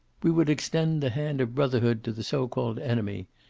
we would extend the hand of brotherhood to the so-called enemy,